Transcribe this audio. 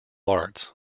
arts